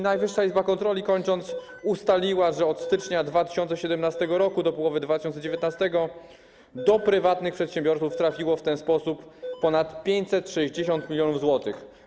Najwyższa Izba Kontroli ustaliła, że od stycznia 2017 r. do połowy 2019 r. do prywatnych przedsiębiorców trafiło w ten sposób ponad 560 mln zł.